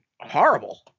horrible